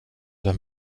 den